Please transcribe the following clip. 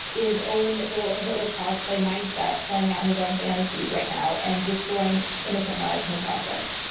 in his own little ah hitler cosplay mindset playing out his own fantasies right now and destroying innocent lives in the process.